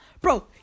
Bro